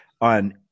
on